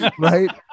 Right